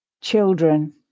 children